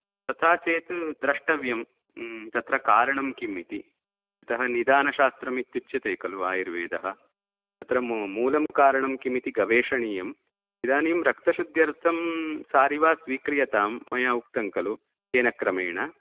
तथा चेत् द्रष्टव्यं तत्र कारणं किम् इति अतः निदानशास्त्रमित्युच्यते खलु आयुर्वेदः तत्र म् मूलं कारणं किमिति गवेषणीयम् इदानीं रक्तशुद्ध्यर्थं सारिवा स्वीक्रियतां मया उक्तं खलु तेन क्रमेण